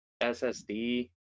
SSD